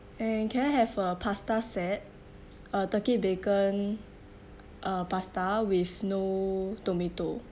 and can I have a pasta set uh turkey bacon uh pasta with no tomato